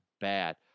bad